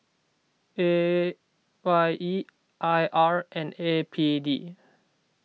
A Y E I R and A P D